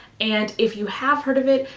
and if you have heard of it,